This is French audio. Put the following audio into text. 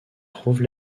trouve